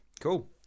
Cool